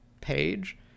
page